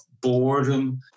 boredom